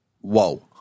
Whoa